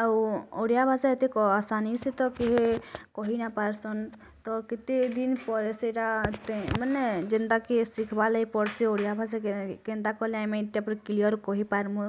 ଆଉ ଓଡ଼ିଆଭାଷା ଏତେ ଆସାନିସେ ତ କିହେ କହି ନାଇଁ ପାରସନ୍ ତ କେତେ ଦିନ୍ ପରେ ସେଇଟା ମାନେ ଯେନ୍ଟାକି ଶିଖ୍ବା ଲାଗି ପଡ଼୍ସି ଓଡ଼ିଆଭାଷା କେନ୍ଟା କଲେ ଆମେ ଇଟା ପୂରା କ୍ଲିୟର୍ କହିପାରମୁଁ